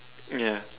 ya